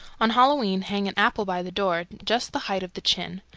on halloween hang an apple by the door just the height of the chin.